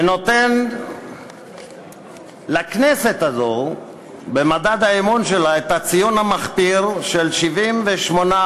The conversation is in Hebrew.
ונותן לכנסת הזו במדד האמון שלה את הציון המחפיר של 78%,